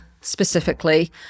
specifically